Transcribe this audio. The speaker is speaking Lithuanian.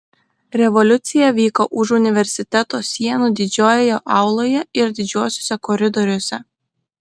revoliucija vyko už universiteto sienų didžiojoje auloje ir didžiuosiuose koridoriuose